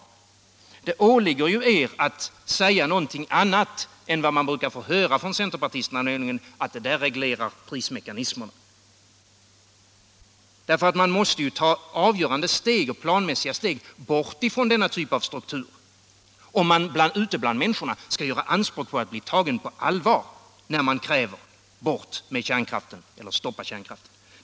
Det åligger faktiskt er att säga någonting annat än vad man brukar få höra från centerpartisterna, nämligen att det där reglerar prismekanismerna. Man måste ju ta avgörande, planmässiga steg bort ifrån denna typ av struktur, om man ute bland människorna skall kunna göra anspråk på att bli tagen på allvar när man kräver: Stoppa kärnkraften!